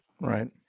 Right